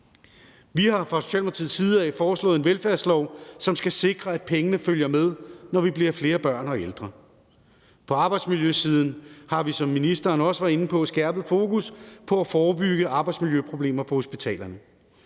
Vi har fra Socialdemokratiets side foreslået en velfærdslov, som skal sikre, at pengene følger med, når vi bliver flere børn og ældre. På arbejdsmiljøsiden har vi, som ministeren også var inde på, skærpet fokus på at forebygge arbejdsmiljøproblemer på hospitalerne.